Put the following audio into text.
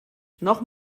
noch